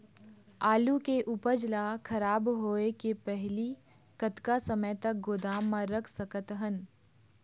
आलू के उपज ला खराब होय के पहली कतका समय तक गोदाम म रख सकत हन?